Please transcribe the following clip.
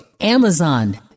Amazon